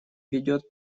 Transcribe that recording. ведет